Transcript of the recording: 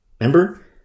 remember